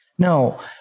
No